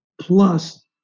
plus